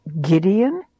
Gideon